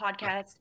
podcast